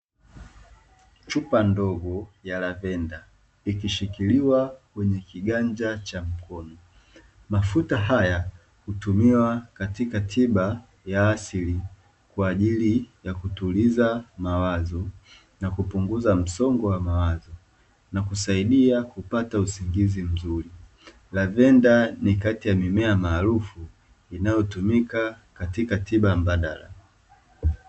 Chupa ndogo ya lavenda ikishikiliwa kwenye kiganja cha mkono, mafuta haya hutumiwa katika tiba ya asili kwa ajili ya kutuliza mawazo na kupunguza msongo wa mawazo na kusaidia kupata usingizi mzuri, lavenda ni kati ya mimea maarufu inayotumika katika tiba mbadala.